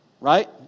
Right